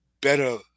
better